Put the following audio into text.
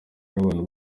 n’abantu